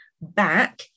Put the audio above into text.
back